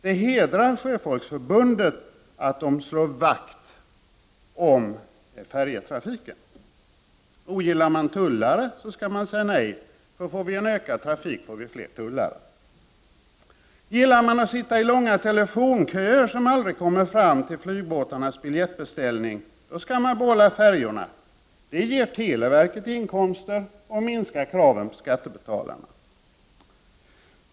Det hedrar alltså Sjöfolksförbundet att det slår vakt om färjetrafiken. Ogillar man tullare skall man säga nej. Om vi får en ökad trafik, får vi ju fler tullare. b Gillar man att sitta i långa telefonköer till flygbåtarnas biljettbeställningar, skall man behålla färjorna. Det ger televerket inkomster och minskar därmed kraven på skattebetalarna.